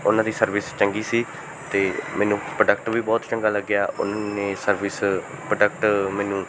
ਉਹਨਾਂ ਦੀ ਸਰਵਿਸ ਚੰਗੀ ਸੀ ਅਤੇ ਮੈਨੂੰ ਪ੍ਰੋਡਕਟ ਵੀ ਬਹੁਤ ਚੰਗਾ ਲੱਗਿਆ ਉਹਨਾਂ ਨੇ ਸਰਵਿਸ ਪ੍ਰੋਡਕਟ ਮੈਨੂੰ